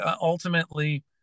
ultimately